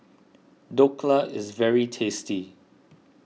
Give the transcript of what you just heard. Dhokla is very tasty